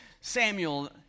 Samuel